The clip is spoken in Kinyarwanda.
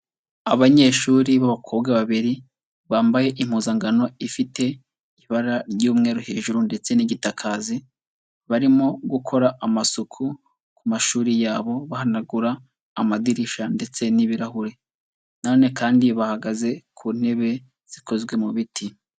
Abanyeshuri b'abakobwa babiri bambaye impuzankano ifite ibara ry'umweru hejuru ndetse n'igitakazi, barimo gukora amasuku ku mashuri yabo, bahanagura amadirishya ndetse n'ibirahure na none kandi bahagaze ku ntebe zikozwe mu biti.